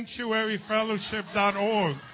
sanctuaryfellowship.org